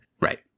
Right